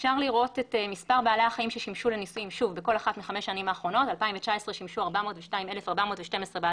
אני לא שם.